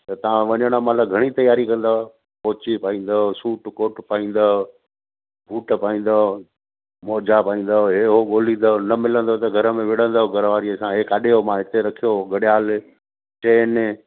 त तव्हां वञणु महिल घणी तयारी कंदुव पहुची पाईंदुव सूट कोट पाईंदुव बूट पाईंदुव मौजा पाईंदुव उहो उहो ॻोलींदव न मिलंदो त घर में विड़ंदव घरवारीअ सां इहो काॾहें वियो मां हिते रखियो हो घड़ियाल चैन